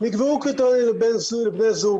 נקבעו קריטריונים לבני זוג